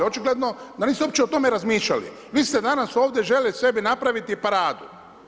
Očigledno, da niste uopće o tome razmišljali, vi ste danas, ovdje željeli sebi napraviti paradu.